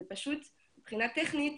זה פשוט מבחינה טכנית